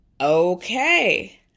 okay